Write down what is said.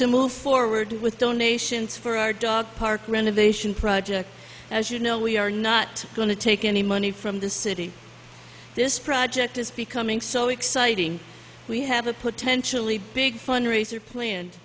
to move forward with donations for our dog park renovation project as you know we are not going to take any money from the city this project is becoming so exciting we have a potentially big fundraiser plan